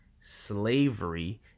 slavery